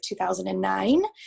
2009